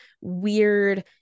weird